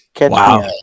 wow